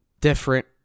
different